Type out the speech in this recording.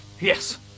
Yes